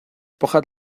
pakhat